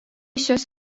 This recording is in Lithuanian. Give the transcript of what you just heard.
šios